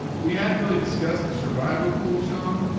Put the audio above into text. we hadn't really discussed the survivor pool, sean,